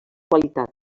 qualitat